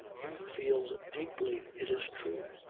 youth feels deeply it is true,